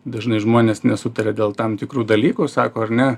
dažnai žmonės nesutaria dėl tam tikrų dalykų sako ar ne